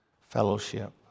fellowship